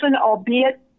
albeit